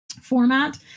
format